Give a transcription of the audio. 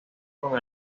con